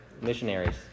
missionaries